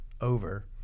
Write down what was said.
over